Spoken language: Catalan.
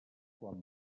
quan